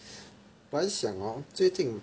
我很想 hor 最近